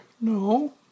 no